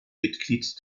mitglied